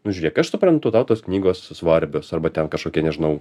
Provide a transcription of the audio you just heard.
nu žiūrėk aš suprantu tau tos knygos svarbios arba ten kažkokie nežinau